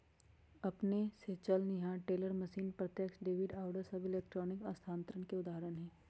अपने स चलनिहार टेलर मशीन, प्रत्यक्ष डेबिट आउरो सभ इलेक्ट्रॉनिक स्थानान्तरण के उदाहरण हइ